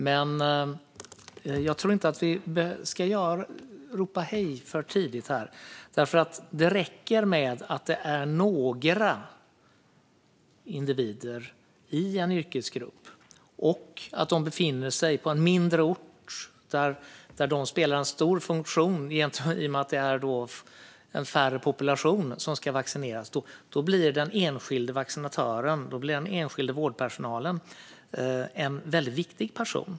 Men jag tror inte att vi ska ropa hej för tidigt, för det räcker med några individer i en yrkesgrupp och att de befinner sig på en mindre ort där de fyller en stor funktion i och med att det är en mindre population som ska vaccineras - då blir den enskilda vaccinatören eller den enskilda vårdpersonalen en väldigt viktig person.